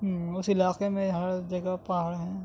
اس علاقے میں ہر جگہ پہاڑ ہیں